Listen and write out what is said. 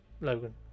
Logan